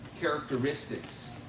characteristics